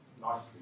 nicely